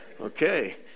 okay